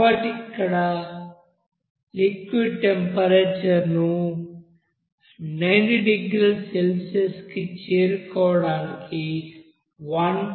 కాబట్టి liquid temperature ను 90 డిగ్రీల సెల్సియస్కి చేరుకోవడానికి 1